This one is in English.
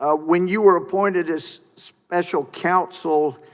ah when you were appointed this special counsel